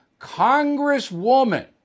Congresswoman